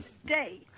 today